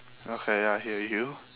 okay I hear you